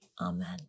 Amen